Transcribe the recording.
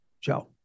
Joe